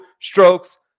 strokes